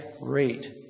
rate